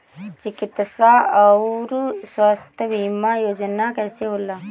चिकित्सा आऊर स्वास्थ्य बीमा योजना कैसे होला?